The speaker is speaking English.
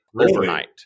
overnight